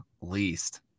least